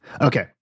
Okay